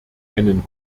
einen